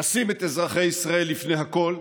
נשים את אזרחי ישראל לפני הכול.